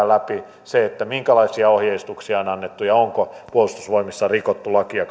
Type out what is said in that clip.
läpi minkälaisia ohjeistuksia on annettu ja onko puolustusvoimissa rikottu lakia